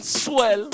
swell